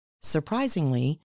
Surprisingly